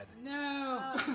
no